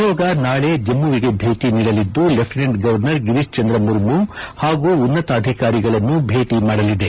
ನಿಯೋಗ ನಾಳೆ ಜಮ್ಮವಿಗೆ ಭೇಟಿ ನೀಡಲಿದ್ದು ಲೆಫ್ಟಿನೆಂಟ್ ಗವರ್ನರ್ ಗಿರೀಶ್ಚಂದ್ರ ಮುರ್ಮು ಪಾಗೂ ಉನ್ನತಾಧಿಕಾರಿಗಳನ್ನು ಭೇಟಿ ಮಾಡಲಿದೆ